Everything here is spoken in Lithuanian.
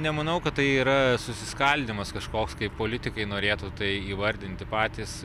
nemanau kad tai yra susiskaldymas kažkoks kaip politikai norėtų tai įvardinti patys